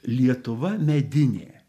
lietuva medinė